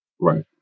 right